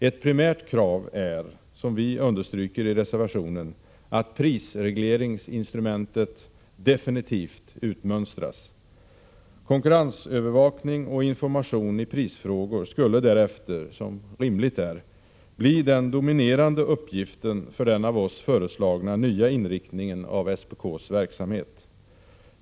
Ett primärt krav är, som vi understryker i reservationen, att prisregleringsinstrumentet definitivt utmönstras. Konkurrensövervakning och information i prisfrågor skulle därefter, som rimligt är, bli den dominerande uppgiften för den av oss föreslagna nya inriktningen av SPK:s verksamhet.